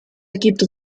ergibt